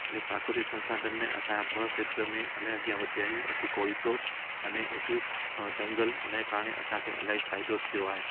मतिलबु प्राक्रुतिक संसाधन में असांये ॿ क्षेत्र में इलाही अॻियां वधिया आहियूं हिक गोल्सो अने हिक जंगल हुनए कारण असांखे इलाही फ़ाइदो थियो आहे